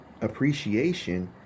appreciation